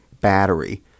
battery